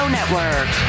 Network